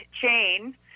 chain